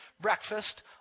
breakfast